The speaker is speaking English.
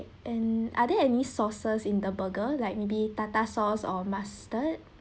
and are there any sauces in the burger like maybe tartar sauce or mustard